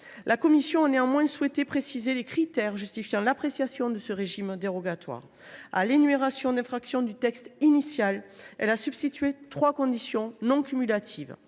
La commission a néanmoins souhaité préciser les critères justifiant l’application de ce régime dérogatoire. À l’énumération d’infractions du texte initial, elle a substitué trois conditions, non cumulatives.